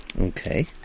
Okay